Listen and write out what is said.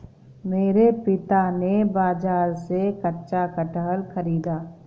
मेरे पिता ने बाजार से कच्चा कटहल खरीदा